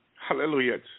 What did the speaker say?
Hallelujah